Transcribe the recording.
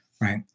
Right